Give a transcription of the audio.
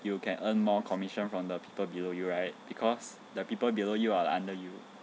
you can earn more commission from the people below you right because the people below you are like under you